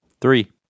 Three